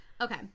Okay